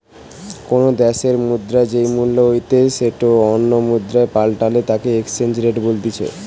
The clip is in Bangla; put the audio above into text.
কোনো দ্যাশের মুদ্রার যেই মূল্য হইতে সেটো অন্য মুদ্রায় পাল্টালে তাকে এক্সচেঞ্জ রেট বলতিছে